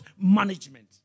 Management